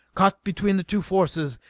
caught between the two forces,